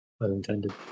Unintended